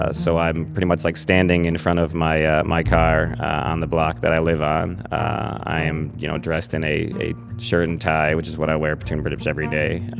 ah so i'm pretty much like standing in front of my ah my car on the block that i live on. i'm you know dressed in a a shirt and tie, which is what i wear pretty much every day.